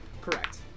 correct